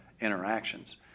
interactions